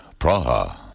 Praha